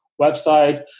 website